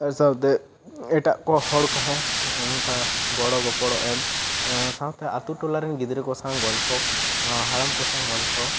ᱟᱨ ᱥᱟᱶᱛᱮ ᱮᱴᱟᱜ ᱠᱚ ᱦᱚᱲ ᱠᱚᱦᱚᱸ ᱚᱱᱠᱟ ᱜᱚᱲᱚ ᱜᱚᱯᱚᱲᱚ ᱮᱢ ᱥᱟᱶᱛᱮ ᱟᱛᱳ ᱴᱚᱞᱟ ᱨᱮᱱ ᱜᱤᱫᱽᱨᱟᱹ ᱠᱚ ᱥᱟᱶ ᱜᱚᱞᱯᱚ ᱦᱟᱲᱟᱢ ᱠᱚ ᱥᱟᱶ ᱜᱚᱞᱯᱚ